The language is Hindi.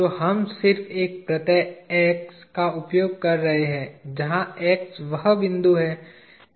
तो हम सिर्फ एक प्रत्यय X का उपयोग कर रहे हैं जहां X वह बिंदु है जिस पर हम इसे देख रहे हैं